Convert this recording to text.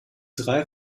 drei